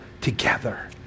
together